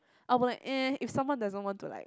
I'll be like !eh! if someone doesn't want to like